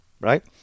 right